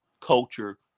culture